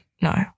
No